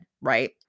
right